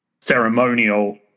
ceremonial